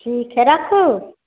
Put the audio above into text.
ठीक हइ राखू